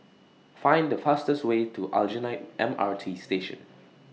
Find The fastest Way to Aljunied M R T Station